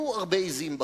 על כל פנים,